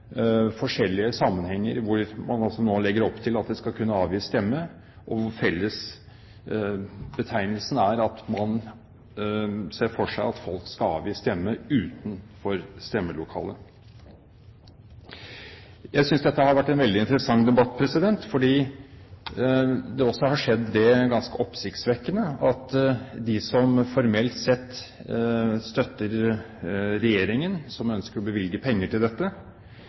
forskjellige sammenhenger hvor man nå legger opp til at det skal kunne avgis stemme, og hvor fellesbetegnelsen er at man ser for seg at folk skal avgi stemme utenfor stemmelokalet. Jeg synes dette har vært en veldig interessant debatt fordi det også har skjedd det ganske oppsiktsvekkende at de som formelt sett støtter regjeringen, og som ønsker å bevilge penger til dette,